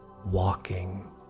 walking